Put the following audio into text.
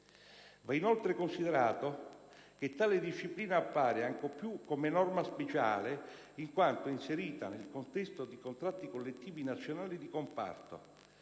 Va inoltre considerato che tale disciplina appare, ancor più, come norma speciale in quanto inserita nel contesto di contratti collettivi nazionali di comparto